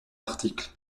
article